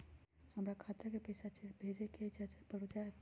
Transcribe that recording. हमरा खाता के पईसा भेजेए के हई चाचा पर ऊ जाएत?